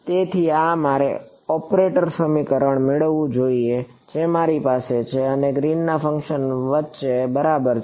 તેથી આ મારે ઓપરેટર સમીકરણ મેળવવું જોઈએ જે મારી પાસે છે અને ગ્રીનના ફંક્શન વચ્ચે બરાબર છે